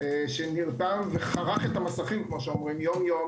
שנרתם וחרך את המסכים יום-יום